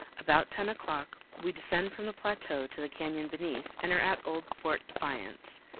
about ten o'clock we descend from the plateau to the canyon beneath and are at old port defiance,